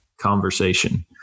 conversation